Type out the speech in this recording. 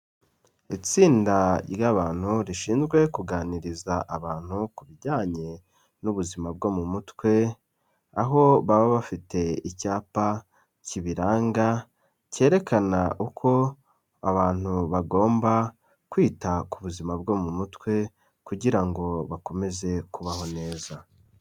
Itsinda ry'abantu rishinzwe kuganiriza abantu ku bijyanye n'ubuzima bwo mu mutwe, aho baba bafite icyapa kibiranga cyerekana uko abantu bagomba kwita ku buzima bwo mu mutwe kugira ngo bakomeze kubaho neza.